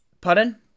Pardon